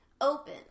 open